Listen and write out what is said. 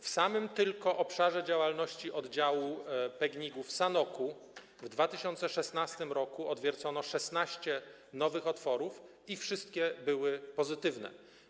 W samym tylko obszarze działalności oddziału PGNiG-u w Sanoku w 2016 r. odwiercono 16 nowych otworów i wszystkie były pozytywne.